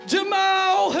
Jamal